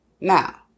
Now